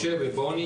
עם משה סיני ובוני